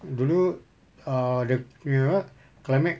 dulu err dia punya climate